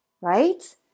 right